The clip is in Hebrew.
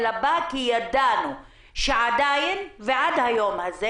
אלא בא כי ידענו שעדיין ועד היום הזה